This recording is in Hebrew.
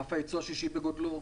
ענף הייצוא השישי בגודלו,